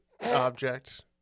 object